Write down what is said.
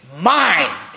mind